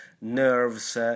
nerves